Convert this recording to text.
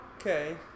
Okay